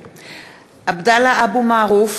(קוראת בשמות חברי הכנסת) עבדאללה אבו מערוף,